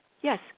yes